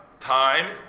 time